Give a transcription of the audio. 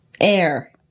Air